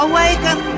Awaken